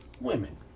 Women